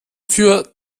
für